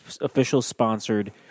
official-sponsored